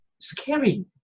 scary